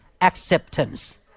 Acceptance